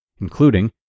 including